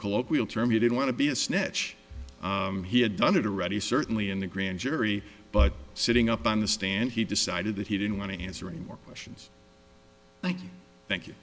colloquial term he didn't want to be a snitch he had done it already certainly in the grand jury but sitting up on the stand he decided that he didn't want to answer any more questions thank you